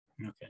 Okay